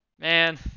Man